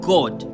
God